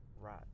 right